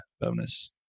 bonus